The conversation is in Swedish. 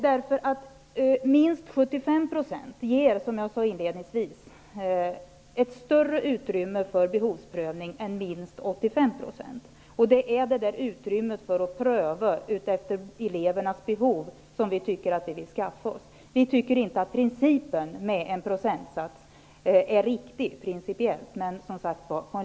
Som jag sade inledningsvis ger minst 75 % i bidrag ett större utrymme för behovsprövning än minst 85 %. Vi vill ha ett utrymme att pröva elevernas behov. Vi tycker inte att principen med en procentsats är riktig.